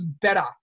better